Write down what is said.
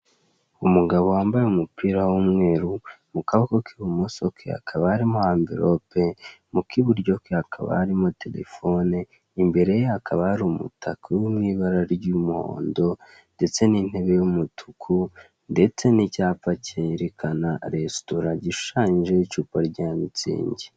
Umugabo wambaye umupira w'umweru mu kaboko ke k'ibumoso hakaba harimo amvirope, mu kiburyo harimo terefone, imbereye hakaba hari umutaka uri mu ibara ry'umuhondo ndetse n'intebe y'umutuku ndetse n'icyapa kerekana resitora gishushanyijeho icupa rya mitsingi.